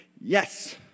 Yes